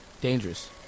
Dangerous